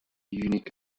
unique